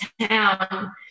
town